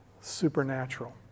supernatural